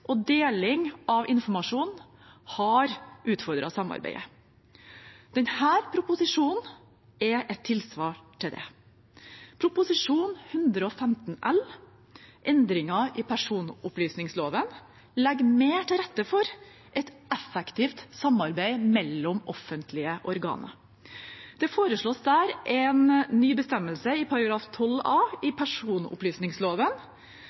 og deling av informasjon har utfordret samarbeidet. Denne proposisjonen er et tilsvar til det. Prop. 115 L, Endringer i personopplysningsloven, legger mer til rette for et effektivt samarbeid mellom offentlige organer. Der foreslås det en ny bestemmelse § 12 a i